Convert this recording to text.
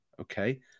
Okay